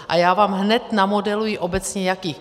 A já vám hned namodeluji obecně jakých.